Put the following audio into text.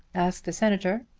asked the senator.